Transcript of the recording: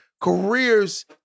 careers